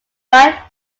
five